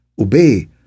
obey